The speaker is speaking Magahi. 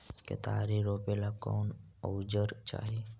केतारी रोपेला कौन औजर चाही?